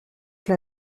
que